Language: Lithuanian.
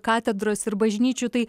katedros ir bažnyčių tai